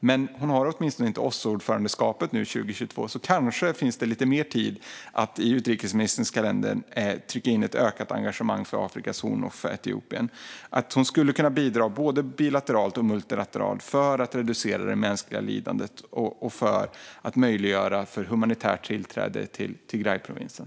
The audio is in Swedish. Men hon har åtminstone inte ordförandeskapet i OSSE under 2022, så det finns kanske lite mer tid att trycka in ett ökat engagemang för Afrikas horn och Etiopien i utrikesministerns kalender. Hon skulle kunna bidra både bilateralt och multilateralt för att reducera det mänskliga lidandet och för att möjliggöra humanitärt tillträde till Tigrayprovinsen.